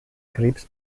krebs